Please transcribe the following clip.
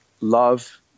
love